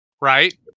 right